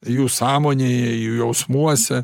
jų sąmonėj jų jausmuose